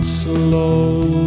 slow